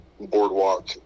boardwalk